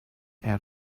out